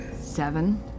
Seven